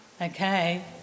Okay